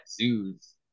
zoos